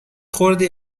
خوردی